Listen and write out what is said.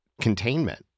containment